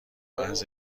محض